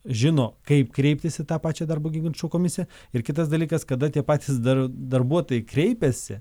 žino kaip kreiptis į tą pačią darbo ginčų komisiją ir kitas dalykas kada tie patys dar darbuotojai kreipiasi